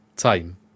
time